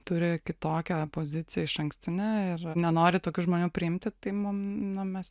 turi kitokią poziciją išankstinę ir nenori tokių žmonių priimti tai mum nu mes